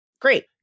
great